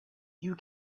you